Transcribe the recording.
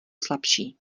slabší